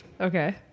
Okay